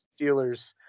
Steelers